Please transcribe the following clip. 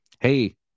hey